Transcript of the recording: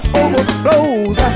overflows